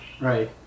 Right